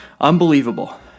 Unbelievable